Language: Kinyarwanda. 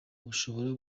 ushobora